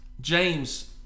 James